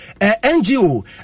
NGO